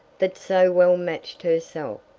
that so well matched herself,